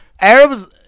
Arabs –